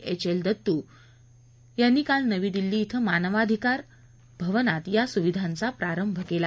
H L Dattu यांनी काल नवी दिल्ली ध्वें मानवाधिकार भवनात या सुविधांचा प्रारंभ केला